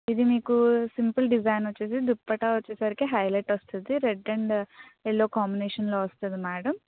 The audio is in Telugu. ఇది మీకు సింపుల్ డిజైన్ వచ్చేసి దుప్పట్టా వచ్చేసరికి హైలైట్ వస్తుంది రెడ్ అండ్ ఎల్లో కాంబినేషన్లో వస్తుంది మేడం